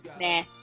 Nah